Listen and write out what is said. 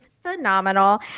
phenomenal